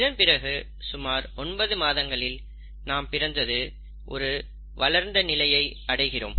இதன் பிறகு சுமார் ஒன்பது மாதங்களில் நாம் பிறந்து ஒரு வளர்ந்த நிலையை அடைகிறோம்